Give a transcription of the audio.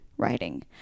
Writing